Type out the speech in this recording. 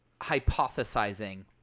hypothesizing